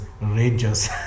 Rangers